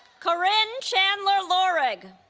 karinne chandler lorig